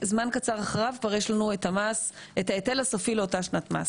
זמן קצר אחריו כבר יש לנו את ההיטל הסופי לאותה שנת מס.